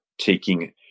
taking-